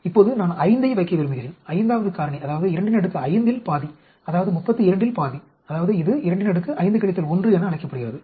இப்போது நான் 5 ஐ வைக்க விரும்புகிறேன் 5 வது காரணி அதாவது 25 ல் பாதி அதாவது 32 இல் பாதி அதாவது இது 25 1 என அழைக்கப்படுகிறது